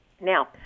Now